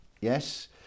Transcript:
yes